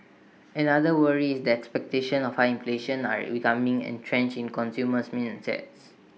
another worry is that expectations of high inflation are becoming entrenched in consumer